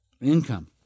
income